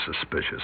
suspicious